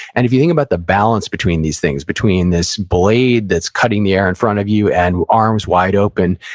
and if you think about the balance between these things, between this blade that's cutting the air in front of you, and arms wide open,